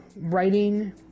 writing